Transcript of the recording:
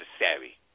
necessary